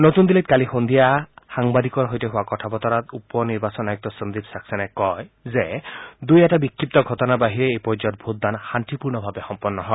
নতূন দিল্লীত কালি সদ্ধিয়া সাংবাদিকৰ সৈতে হোৱা কথা বতৰাত উপ নিৰ্বাচন আয়ুক্ত সন্দীপ ছাব্লেনাই কয় যে দুই এটা বিক্ষিপ্ত ঘটনাৰ বাহিৰে এই পৰ্যয়ত ভোটদান শান্তিপূৰ্ণভাৱে সম্পন্ন হয়